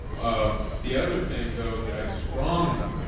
um the other thing though that i strongly,